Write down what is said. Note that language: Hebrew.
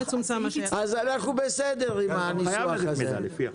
אם כן, אנחנו בסדר עם הניסוח הזה.